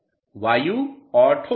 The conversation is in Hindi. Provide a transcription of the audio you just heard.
छात्र वायु और ठोस